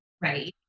right